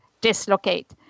dislocate